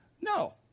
No